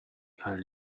your